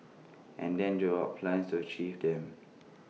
and then draw up plans to achieve them